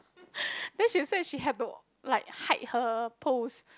then she say she have to like hide her post